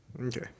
Okay